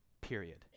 Period